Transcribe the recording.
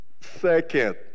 Second